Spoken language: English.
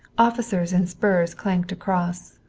officers in spurs clanked across,